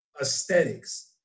aesthetics